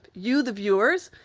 you, the viewers,